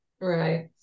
right